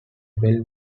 bell